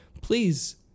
Please